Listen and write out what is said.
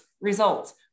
results